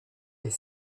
est